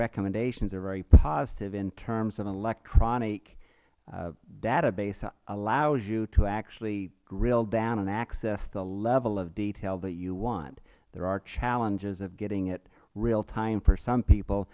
recommendations are very positive in terms of electronic database allows you to actually drill down and access the level of detail that you want there are challenges of getting it real time for some people